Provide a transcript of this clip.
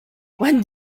when